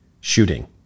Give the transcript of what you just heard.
shooting